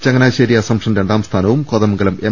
Changanassery Assumption രണ്ടാം സ്ഥാനവും Kothamangalam M